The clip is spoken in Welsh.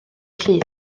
llun